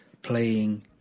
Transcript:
playing